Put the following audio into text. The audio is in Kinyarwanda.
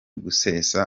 gusesa